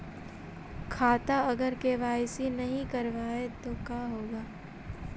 खाता अगर के.वाई.सी नही करबाए तो का होगा?